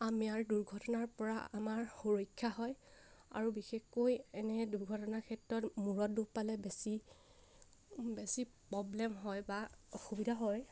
আমিয়াৰ দুৰ্ঘটনাৰ পৰা আমাৰ সুৰক্ষা হয় আৰু বিশেষকৈ এনে দুৰ্ঘটনাৰ ক্ষেত্ৰত মূৰত দুখ পালে বেছি বেছি প্ৰব্লেম হয় বা অসুবিধা হয়